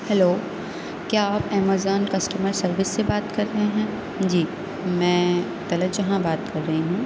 hello کیا آپ Amazon customer service سے بات کر رہے ہیں جی میں طلعت جہاں بات کر رہی ہوں